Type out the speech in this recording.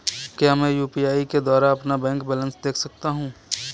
क्या मैं यू.पी.आई के द्वारा अपना बैंक बैलेंस देख सकता हूँ?